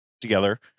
together